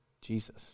Jesus